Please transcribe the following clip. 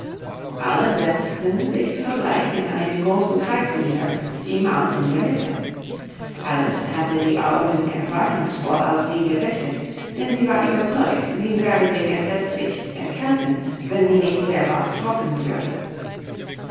alle setzten sich sogleich in einen großen kreis nieder die maus in der mitte alice hatte die augen erwartungsvoll auf sie gerichtet denn sie war überzeugt sie werde sich entsetzlich erkälten wenn sie nicht sehr bald trocken würde